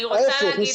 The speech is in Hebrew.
ההיפך,